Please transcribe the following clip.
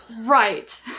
Right